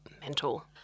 mental